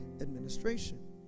administration